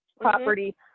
property